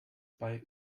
bei